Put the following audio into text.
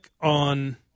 on